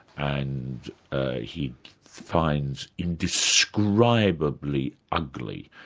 and he finds indescribably ugly.